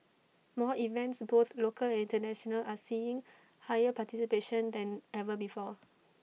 more events both local and International are seeing higher participation than ever before